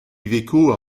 iveco